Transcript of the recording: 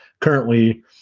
Currently